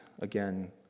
again